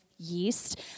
Yeast